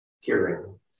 hearing